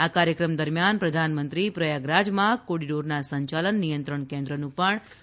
આ કાર્યક્રમ દરમિયાન પ્રધાનમંત્રી પ્રયાગરાજમાં કોરીડોરના સંચાલન નિયંત્રણ કેન્દ્રનું પણ ઉદઘાટન કરશે